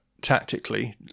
tactically